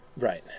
Right